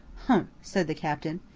humph! said the captain.